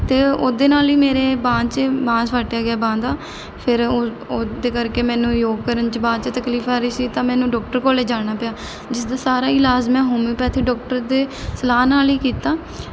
ਅਤੇ ਉਹਦੇ ਨਾਲ਼ ਹੀ ਮੇਰੇ ਬਾਂਹ 'ਚ ਮਾਸ ਫਟ ਗਿਆ ਬਾਂਹ ਦਾ ਫਿਰ ਉਹ ਉਹਦੇ ਕਰਕੇ ਮੈਨੂੰ ਯੋਗ ਕਰਨ 'ਚ ਬਾਅਦ 'ਚ ਤਕਲੀਫ ਆ ਰਹੀ ਸੀ ਤਾਂ ਮੈਨੂੰ ਡੋਕਟਰ ਕੋਲ ਲਿਜਾਣਾ ਪਿਆ ਜਿਸਦਾ ਸਾਰਾ ਇਲਾਜ ਮੈਂ ਹੋਮਿਓਪੈਥੀ ਡੋਕਟਰ ਦੇ ਸਲਾਹ ਨਾਲ਼ ਹੀ ਕੀਤਾ